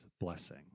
blessing